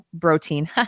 protein